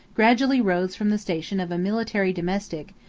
gradually rose from the station of a military domestic,